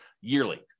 yearly